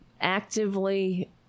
actively